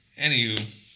anywho